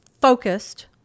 focused